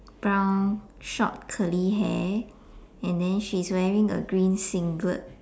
brown short curly hair and then she's wearing a green singlet